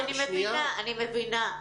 אני מבינה,